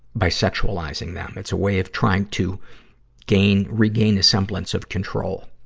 by sexualizing them. it's a way of trying to gain, regain a semblance of control.